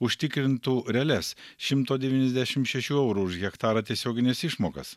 užtikrintų realias šimto devyniasdešim šešių eurų už hektarą tiesiogines išmokas